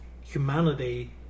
humanity